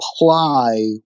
apply